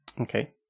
Okay